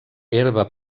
herba